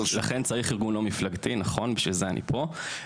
לכן צריך ארגון לא מפלגתי, נכון, בשביל זה אני פה.